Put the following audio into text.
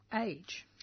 age